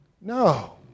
No